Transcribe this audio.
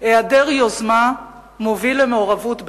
היעדר יוזמה מוביל למעורבות בין-לאומית.